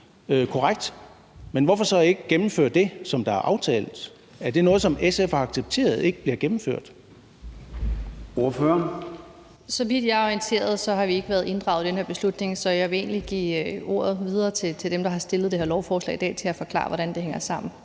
men hvorfor så ikke gennemføre det, som der er aftalt? Er det noget, som SF har accepteret ikke bliver gennemført? Kl. 13:24 Formanden (Søren Gade): Ordføreren. Kl. 13:24 Marianne Bigum (SF): Så vidt jeg er orienteret, har vi ikke været inddraget i den her beslutning, så jeg vil egentlig give ordet videre til dem, der har fremsat det her lovforslag, så de kan forklare, hvordan det hænger sammen.